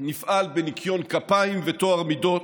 נפעל בניקיון כפיים וטוהר המידות.